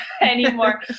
anymore